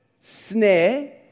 snare